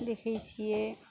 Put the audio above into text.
देखै छियै